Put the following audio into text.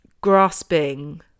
grasping